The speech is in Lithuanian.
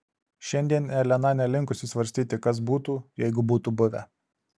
šiandien elena nelinkusi svarstyti kas būtų jeigu būtų buvę